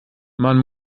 man